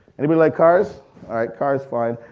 anybody like cars? all right cars fine,